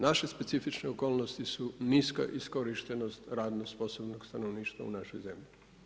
Naše specifične okolnosti su niska iskorištenost radno sposobnog stanovništva u našoj zemlji.